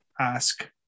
ask